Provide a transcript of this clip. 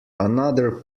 another